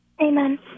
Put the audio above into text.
Amen